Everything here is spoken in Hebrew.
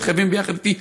מתחייבים ביחד אתי,